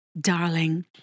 darling